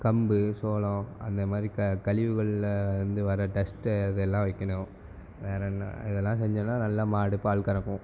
கம்பு சோளம் அந்த மாதிரி க கழிவுகள்ல இருந்து வர்ற டஸ்ட்டை அதெல்லாம் வைக்கணும் வேறு என்ன இது எல்லாம் செஞ்சோம்னா நல்லா மாடு பால் கறக்கும்